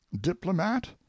diplomat